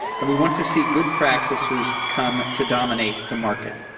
and we want to see good practices come to dominate the market.